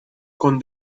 con